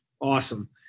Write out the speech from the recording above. Awesome